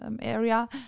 area